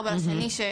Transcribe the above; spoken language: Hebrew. ה-24 לפברואר שיש